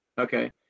okay